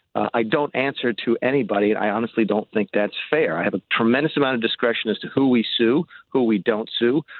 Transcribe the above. i don't answer to anybody. i honestly don't think that's fair. i have a tremendous amount of discretion as to who we sue, who we don't sue,